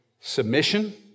Submission